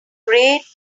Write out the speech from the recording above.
great